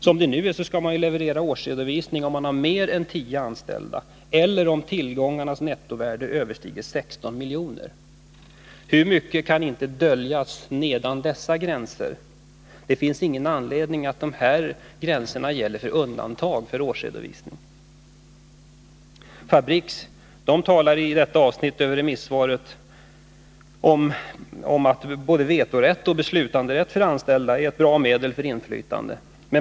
Som det nu är skall man leverera årsredovisning om man har mer än tio anställda eller om tillgångarnas nettovärde överstiger 16 milj.kr. Hur mycket kan inte döljas under dessa gränser! Det finns ingen anledning till att de här gränserna skall gälla för undantag från årsredovisning. Fabriks talar i detta avsnitt av remissvaret om att både vetorätt och beslutanderätt för de anställda är bra medel för inflytande.